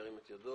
מי נגד?